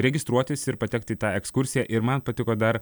registruotis ir patekt į tą ekskursiją ir man patiko dar